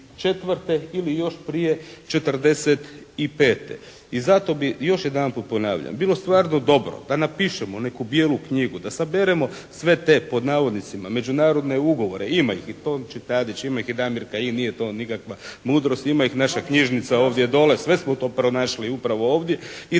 ili još prije '45. i zato bih, još jedanput ponavljam bilo stvarno dobro da napišemo neku bijelu knjigu, da saberemo sve te pod navodnicima međunarodne ugovore, ima ih i Tonči Tadić, ima ih i Damir Kajin, nije to nikakva mudrost, ima ih naša knjižnica ovdje dole, sve smo to pronašli upravo ovdje i